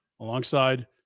alongside